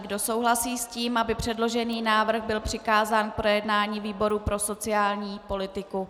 Kdo souhlasí s tím, aby předložený návrh byl přikázán k projednání výboru pro sociální politiku?